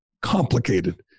complicated